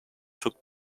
took